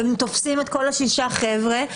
ואם תופסים את כל השישה החבר'ה,